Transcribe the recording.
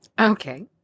Okay